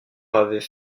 avait